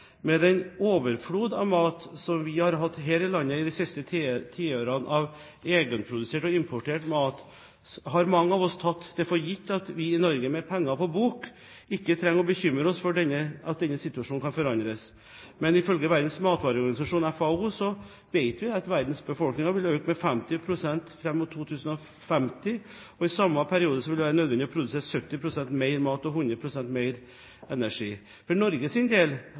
Med den overflod av mat som vi har hatt her i landet de siste tiårene av egenprodusert og importert mat, har mange av oss tatt det for gitt at vi i Norge med «penger på bok» ikke trenger å bekymre oss for at denne situasjonen kan forandres. Ifølge Verdens matvareorganisasjon, FAO, vil imidlertid verdens befolkning øke med 50 pst. fram mot 2050. I samme periode vil det være nødvendig å produsere 70 pst. mer mat og 100 pst. mer energi. For Norges del